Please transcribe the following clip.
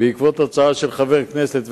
בעקבות הצעה של חבר הכנסת,